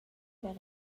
per